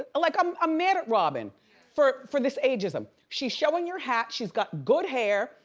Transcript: ah like i'm ah mad at robin for for this age-ism. she's showing your hat, she's got good hair.